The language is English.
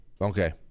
Okay